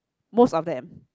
most of them